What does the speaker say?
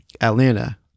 Atlanta